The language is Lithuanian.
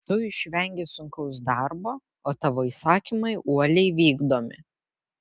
tu išvengi sunkaus darbo o tavo įsakymai uoliai vykdomi